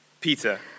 Peter